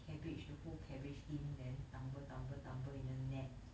cabbage the whole cabbage in and tumble tumble tumble in a net